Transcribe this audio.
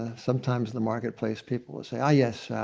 ah sometimes, in the marketplace, people will say, ah, yes,